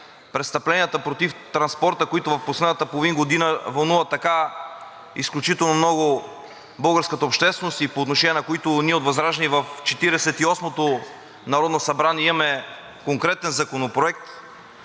престъпленията против транспорта, които в последната половин година вълнуват изключително много българската общественост и по отношение на които ние от ВЪЗРАЖДАНЕ в Четиридесет и осмото народно събрание имаме конкретен законопроект,